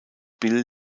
bill